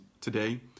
today